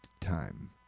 time